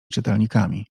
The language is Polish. czytelnikami